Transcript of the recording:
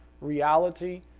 reality